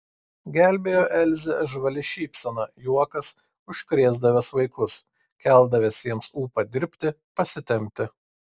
gelbėjo elzę žvali šypsena juokas užkrėsdavęs vaikus keldavęs jiems ūpą dirbti pasitempti